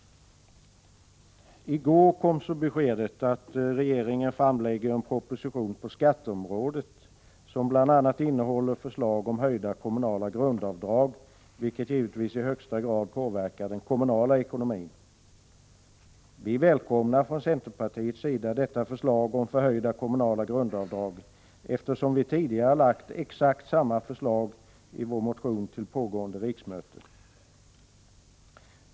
I går kom så beskedet att regeringen framlägger en proposition på skatteområdet som bl.a. innehåller förslag om höjda kommunala grundavdrag, vilket givetvis i högsta grad påverkar den kommunala ekonomin. Vi välkomnar från centerpartiet detta förslag om förhöjda kommunala grundavdrag, eftersom vi tidigare lagt exakt samma förslag i vår motion till pågående riksmöte.